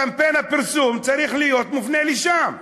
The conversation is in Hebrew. קמפיין הפרסום צריך להיות מופנה לשם.